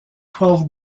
twelve